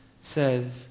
says